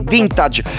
Vintage